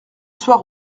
soir